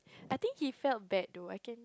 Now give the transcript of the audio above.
I think he felt bad though I can